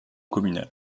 communal